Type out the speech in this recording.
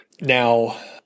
Now